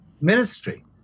ministry